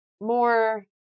more